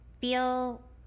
feel